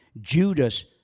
Judas